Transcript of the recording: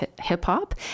hip-hop